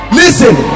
listen